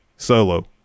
Solo